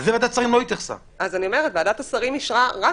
זה ועדת השרים לא התייחסה.